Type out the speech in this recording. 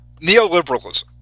Neoliberalism